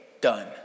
done